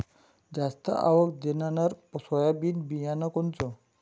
जास्त आवक देणनरं सोयाबीन बियानं कोनचं?